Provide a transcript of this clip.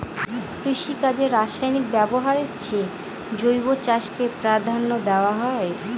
কৃষিকাজে রাসায়নিক ব্যবহারের চেয়ে জৈব চাষকে প্রাধান্য দেওয়া হয়